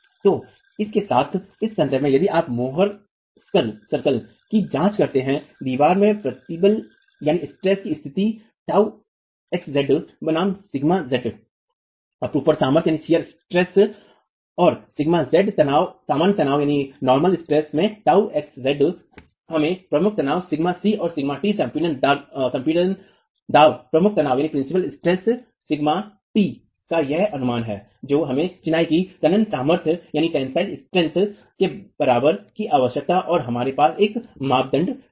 तो इस के साथ इस संदर्भ में यदि आप मोहर सर्कल की जांच करते हैं दीवार में प्रतिबल की स्थिति τxz बनाम σz अपरूपण सामर्थ्य और सिग्मा z सामान्य तनाव में τxz हमें प्रमुख तनाव σc और σt संपीड़न दबाव प्रमुख तनाव देता है सिग्मा t टी का यह अनुमान है जो हमें चिनाई की तनन सामर्थ्य के बराबर की आवश्यकता और हमारे पास एक मानदंड है